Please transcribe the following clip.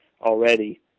already